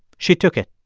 she took it.